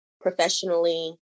professionally